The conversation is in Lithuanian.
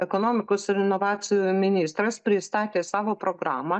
ekonomikos ir inovacijų ministras pristatė savo programą